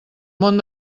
món